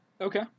Okay